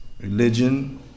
religion